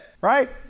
right